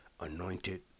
anointed